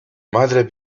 madre